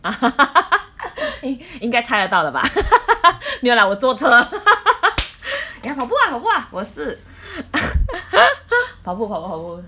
应该猜得到了吧 没有 lah 我坐车 ya 跑步啊跑步啊我是 跑步跑步跑步